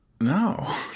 no